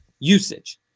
Usage